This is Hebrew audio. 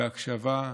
בהקשבה,